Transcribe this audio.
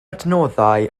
adnoddau